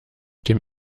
dem